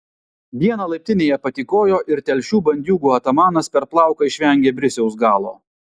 dieną laiptinėje patykojo ir telšių bandiūgų atamanas per plauką išvengė brisiaus galo